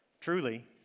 Truly